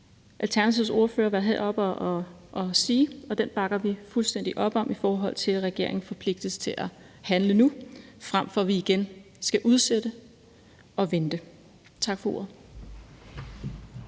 Alternativets ordfører være heroppe og gøre, og det bakker vi fuldstændig op om, i forhold til at regeringen forpligtes til at handle nu, frem for at vi igen skal udsætte det og vente. Tak for ordet.